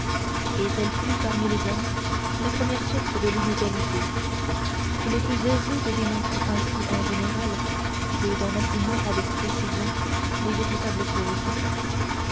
telle fut parmi les hommes la première source de l'inégalité qu'il est plus aisé de démontrer ainsi en général que d'en assigner avec précision les véritables causes